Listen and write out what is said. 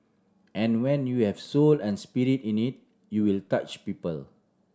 and when you have soul and spirit in it you will touch people